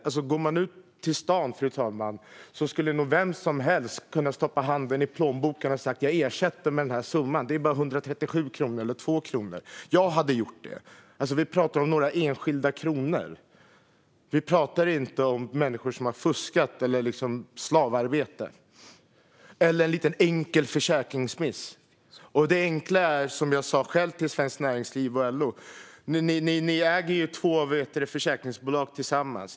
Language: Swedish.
Ute på stan, fru talman, skulle nog vem som helst kunna stoppa handen i plånboken och säga: Jag ersätter med den här summan - det är bara 137 kronor eller 2 kronor. Jag hade gjort det. Vi pratar alltså om några få kronor. Vi pratar inte om människor som har fuskat eller om slavarbete. Det kan också vara en liten enkel försäkringsmiss. Jag har sagt till Svenskt Näringsliv och LO: Ni äger ju två försäkringsbolag tillsammans.